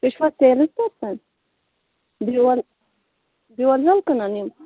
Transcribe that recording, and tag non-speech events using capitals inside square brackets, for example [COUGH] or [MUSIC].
تُہۍ چھُوا sales person [UNINTELLIGIBLE] بیول ویول کٕنان یِم